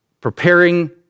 preparing